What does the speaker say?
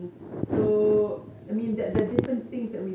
so I mean there are different things that we